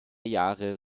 jahre